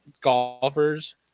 golfers